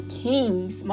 kings